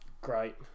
great